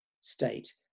state